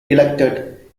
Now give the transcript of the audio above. elected